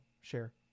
share